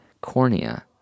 Cornea